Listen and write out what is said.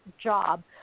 job